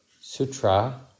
Sutra